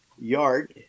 yard